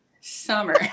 summer